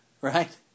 right